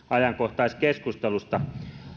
ajankohtaiskeskustelusta